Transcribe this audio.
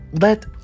let